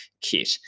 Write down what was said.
kit